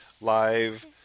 live